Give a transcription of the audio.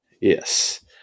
Yes